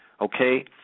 Okay